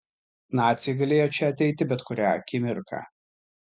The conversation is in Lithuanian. naciai galėjo čia ateiti bet kurią akimirką